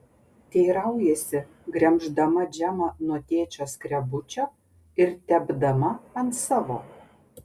teiraujasi gremždama džemą nuo tėčio skrebučio ir tepdama ant savo